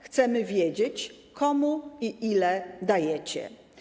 Chcemy wiedzieć, komu i ile dajecie.